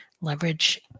leverage